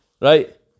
right